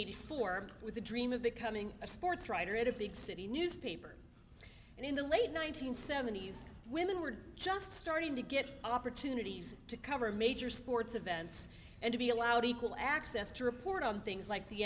eighty four with the dream of becoming a sports writer at a big city newspaper and in the late one nine hundred seventy s women were just starting to get opportunities to cover major sports events and to be allowed equal access to report on things like the